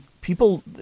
people